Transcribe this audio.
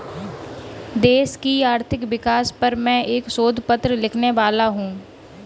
देश की आर्थिक विकास पर मैं एक शोध पत्र लिखने वाला हूँ